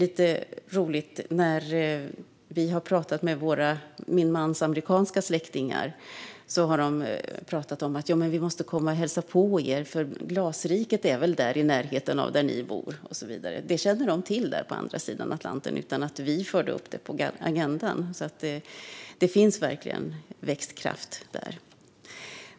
Min mans amerikanska släktingar pratar om att hälsa på oss eftersom vi bor nära Glasriket. Det känner de alltså till där på andra sidan Atlanten utan att vi har fört upp det på agendan. Det finns alltså verkligen växtkraft här.